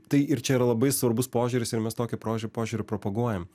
tai ir čia yra labai svarbus požiūris ir mes tokį prožių požiūrį propaguojam